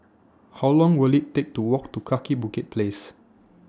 How Long Will IT Take to Walk to Kaki Bukit Place